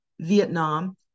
Vietnam